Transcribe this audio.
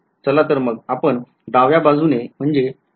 चाल तर मग आपण डाव्या बाजूने ने सुरवात करूया